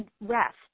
rest